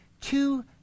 two